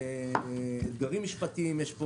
יש אתגרים משפטיים.